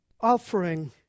offering